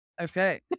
okay